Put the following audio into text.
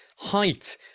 height